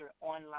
online